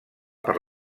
per